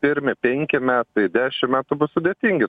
pirmi penki metai dešim metų bus sudėtingi